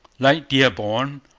like dearborn,